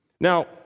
Now